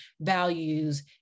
values